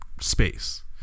space